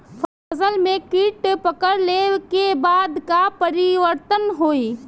फसल में कीट पकड़ ले के बाद का परिवर्तन होई?